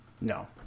No